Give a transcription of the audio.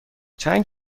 چند